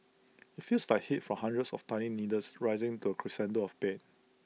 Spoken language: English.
IT feels like heat for hundreds of tiny needles rising to crescendo of pain